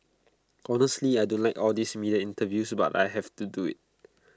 honestly I don't like all these media interviews but I have to do IT